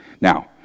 Now